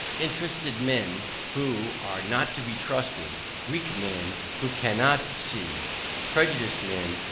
interested men, who are not to be trusted weak men, who cannot see prejudiced men,